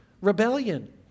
rebellion